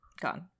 Gone